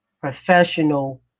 professional